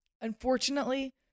Unfortunately